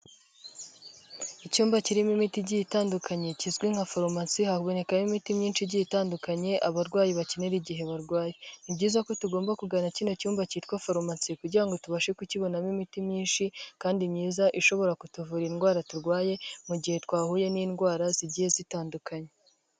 Icyumba kirimo imiti igiye itandukanye kizwi nka farumasi, habonekamo imiti myinshi igiye itandukanye abarwayi bakenera igihe barwaye, ni byiza ko tugomba kugana kino cyumba cyitwa farumasi kugira ngo tubashe kukibonamo imiti myinshi kandi myiza ishobora kutuvura indwara turwaye mu gihe twahuye n'indwara zigiye zitandukanye.